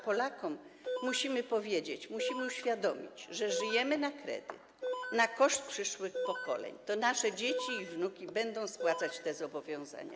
Polakom musimy powiedzieć, musimy uświadomić, że żyjemy na kredyt, na koszt przyszłych pokoleń, że to nasze dzieci i wnuki będą spłacać te zobowiązania.